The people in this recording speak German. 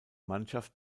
mannschaft